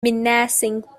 menacing